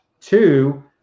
two